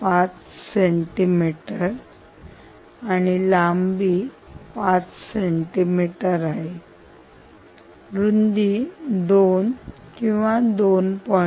5 centimetre आहे आणि लांबी 5 सेंटीमीटर आणि रुंदी 2 किंवा 2